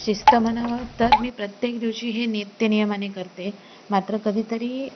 शिस्त म्हणावं तर मी प्रत्येक दिवशी हे नित्यनियमाने करते मात्र कधीतरी